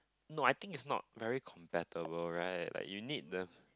no I think is not very compatible right like you need the